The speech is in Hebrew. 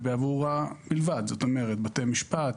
ובעבורה בלבד, כלומר בתי משפט,